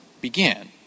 began